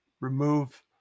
Remove